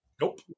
Nope